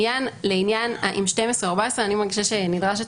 לעניין אם 12 או 14, אני